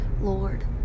Lord